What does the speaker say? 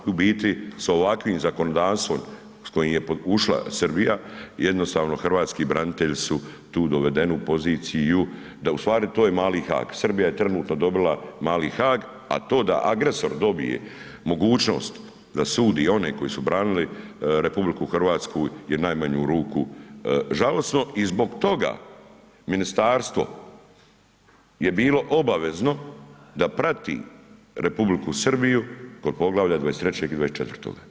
U biti sa ovakvim zakonodavstvom s kojim je ušla Srbija jednostavno hrvatski branitelji su tu dovedeni u poziciju da u stvari to je mali Haag, Srbija je trenutno dobila mali Haag, a to da agresor dobije mogućnost da sudi one koji su branili Republiku Hrvatsku je u najmanju ruku žalosno i zbog toga Ministarstvo je bilo obavezno da prati Republiku Srbiju kod poglavlja 23. i 24.